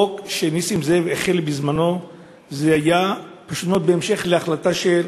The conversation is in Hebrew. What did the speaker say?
החוק שנסים זאב החל בזמנו היה פשוט מאוד בהמשך להחלטה של